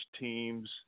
teams